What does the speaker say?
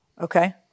Okay